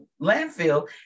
landfill